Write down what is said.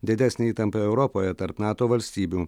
didesnę įtampą europoje tarp nato valstybių